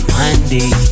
Monday